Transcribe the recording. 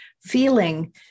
feeling